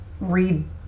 read